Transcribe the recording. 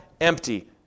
empty